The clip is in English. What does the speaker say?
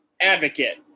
advocate